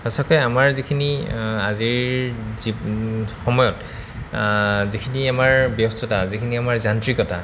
সঁচাকে আমাৰ যিখিনি আজিৰ যি সময়ত যিখিনি আমাৰ ব্যস্ততা যিখিনি আমাৰ যান্ত্ৰিকতা